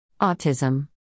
Autism